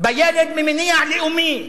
בילד ממניע לאומי,